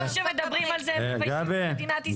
טוב שמדברים על זה במדינת ישראל.